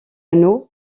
nos